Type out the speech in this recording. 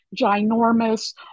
ginormous